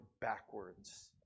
backwards